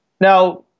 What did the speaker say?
Now